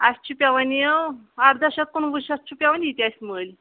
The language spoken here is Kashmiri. اسہِ چھُ پیوان یہ اردہ شٮ۪تھ کنُوہ شٮ۪تھ چھُ پیوان یہ تہ اسہِ مٔلۍ